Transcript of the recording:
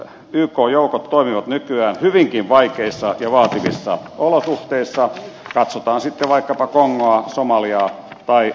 yk joukot toimivat nykyään hyvinkin vaikeissa ja vaativissa olosuhteissa katsotaanpa sitten kongoa somaliaa tai sudania